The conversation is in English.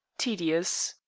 tedious.